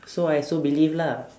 so I also believe lah